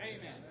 Amen